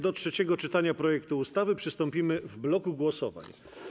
Do trzeciego czytania projektu ustawy przystąpimy w bloku głosowań.